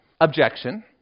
objection